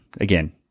Again